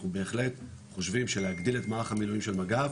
בהחלט חושבים שלהגדיל את מערך המילואים של מג"ב